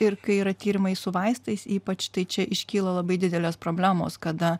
ir kai yra tyrimai su vaistais ypač tai čia iškyla labai didelės problemos kada